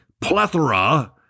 plethora